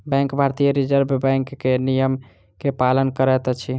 bank भारतीय reserve bank के नियम के पालन करैत अछि